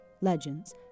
legends